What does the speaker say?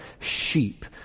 sheep